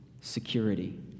security